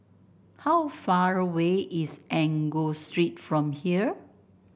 how far away is Enggor Street from here